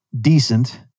decent